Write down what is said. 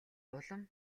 улам